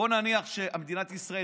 בוא נניח שמדינת ישראל,